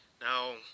Now